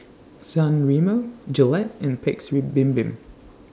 San Remo Gillette and Paik's Bibim